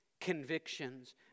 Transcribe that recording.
convictions